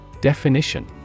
Definition